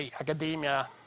academia